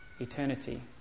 eternity